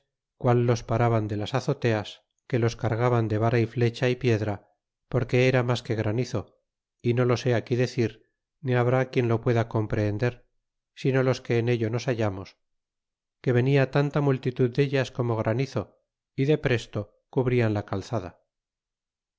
qual los paraban de las azoteas que los cargaban de vara y flecha y piedra porque era mas que granizo y no lo se aquí decir ni habrá quien lo pueda comprehender sino los que en ello nos hallamos que venia tanta multitud de has como granizo é depresto cubrian la calzada